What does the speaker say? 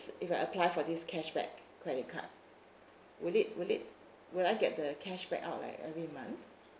if I apply for this cashback credit card will it will it will I get the cashback out like every month